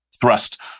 thrust